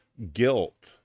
Guilt